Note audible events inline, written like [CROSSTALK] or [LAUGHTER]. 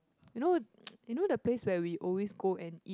you know [NOISE] you know the place where we always go and eat